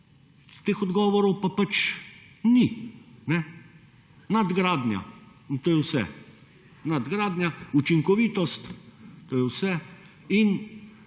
teh odgovorov pa pač ni. Nadgradnja in to je vse. Nadgradnja, učinkovitost, to je vse in